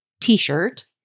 t-shirt